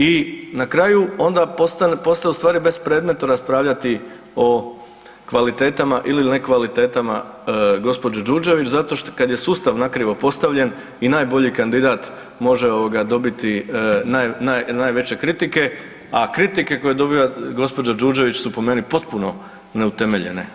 I na kraju onda postaje u stvari bespredmetno raspravljati o kvalitetama ili nekvalitetama gospođe Đurđević zato kad je sustav na krivo postavljen i najbolji kandidat može dobiti najveće kritike, a kritike koje dobiva gospođa Đurđević su po meni potpuno neutemeljene.